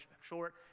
short